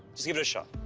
just give it a shot.